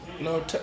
No